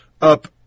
up